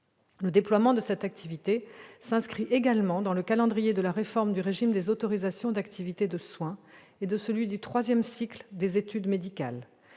Le déploiement de cette activité s'inscrit également dans le calendrier de la réforme du régime des autorisations d'activités de soins, et de celui du troisième cycle des études médicales.